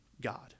God